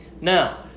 now